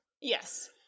Yes